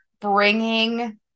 bringing